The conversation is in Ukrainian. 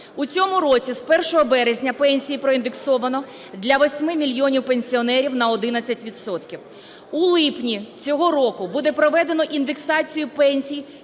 У цьому році з 1 березня пенсії проіндексовано для 8 мільйонів пенсіонерів на 11 відсотків. У липні цього року буде проведено індексацію пенсій